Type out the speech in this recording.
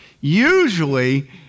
Usually